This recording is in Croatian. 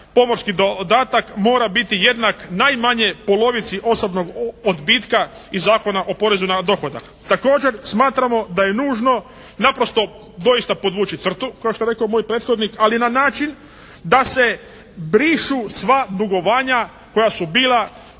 pomorski dodatak mora biti jednak najmanje polovici osobno odbitka iz Zakona o porezu na dohodak. Također smatramo da je nužno naprosto doista podvući crtu kao što je rekao moj prethodnik ali na način da se brišu sva dugovanja koja su bila